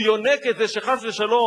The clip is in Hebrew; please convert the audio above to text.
הוא יונק את זה, חס ושלום,